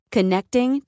Connecting